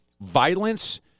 violence